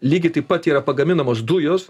lygiai taip pat yra pagaminamos dujos